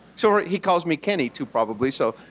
so, he calls me kenny too probably. so,